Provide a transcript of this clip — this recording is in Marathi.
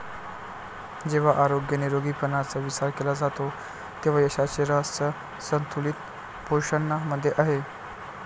जेव्हा आरोग्य निरोगीपणाचा विचार केला जातो तेव्हा यशाचे रहस्य संतुलित पोषणामध्ये आहे